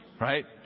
Right